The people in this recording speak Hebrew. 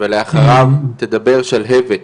ולאחריו תדבר שלהבת.